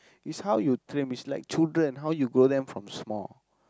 is how you train is like children how you grow them from small